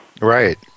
Right